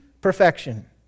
perfection